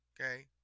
okay